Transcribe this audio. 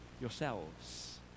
yourselves